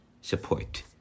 support